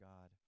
God